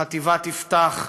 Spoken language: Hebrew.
בחטיבת יפתח,